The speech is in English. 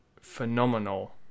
phenomenal